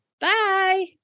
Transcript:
Bye